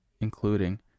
Including